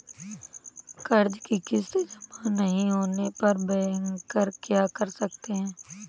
कर्ज कि किश्त जमा नहीं होने पर बैंकर क्या कर सकते हैं?